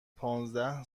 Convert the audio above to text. پانزده